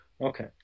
Okay